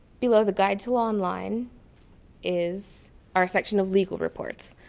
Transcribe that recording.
below the guide to online is our section of legal reports.